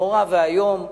נורא ואיום.